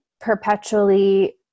perpetually